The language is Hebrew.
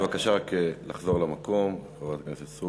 בבקשה לחזור למקום, חברת הכנסת סטרוק.